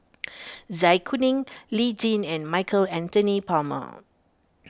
Zai Kuning Lee Tjin and Michael Anthony Palmer